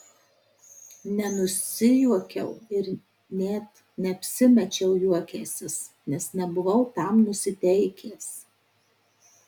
nenusijuokiau ir net neapsimečiau juokiąsis nes nebuvau tam nusiteikęs